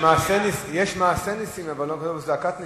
יש מעשה נסים אבל לא קוראים לזה זעקת נסים.